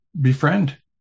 befriend